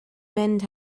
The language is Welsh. mynd